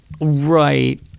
Right